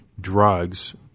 drugs